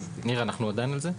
נירה, אנחנו עדיין על זה?